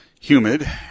humid